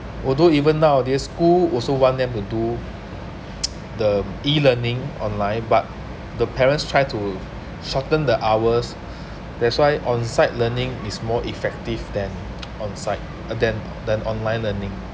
although even nowadays school also want them to do the e-learning online but the parents try to shorten the hours that's why on site learning is more effective than on site uh than than online learning